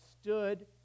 stood